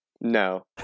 no